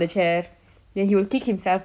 we are fine like we can handle